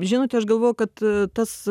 žinote aš galvoju kad tas